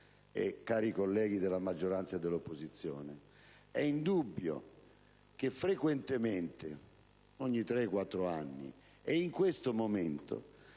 cari colleghi della maggioranza e dell'opposizione, è indubbio che frequentemente, ogni tre, quattro anni e in questo momento,